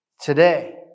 today